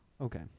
Okay